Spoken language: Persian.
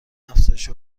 افزایش